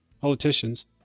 politicians